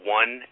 one